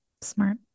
Smart